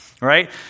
right